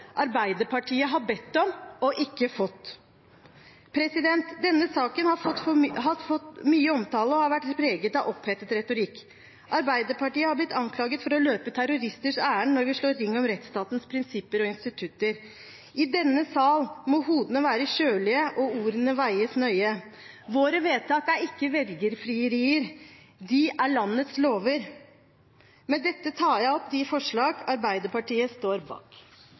Arbeiderpartiet har bedt om, og ikke fått. Denne saken har fått mye omtale og har vært preget av opphetet retorikk. Arbeiderpartiet har blitt anklaget for å løpe terroristers ærend når vi slår ring om rettsstatens prinsipper og institutter. I denne sal må hodene være kjølige og ordene veies nøye. Våre vedtak er ikke velgerfrierier. De er landets lover. Med dette tar jeg opp det forslaget Arbeiderpartiet, Senterpartiet og Kristelig Folkeparti står bak.